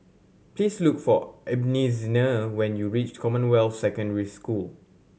please look for Ebenezer when you reach Commonwealth Secondary School